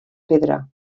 pedra